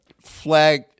flag